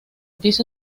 piso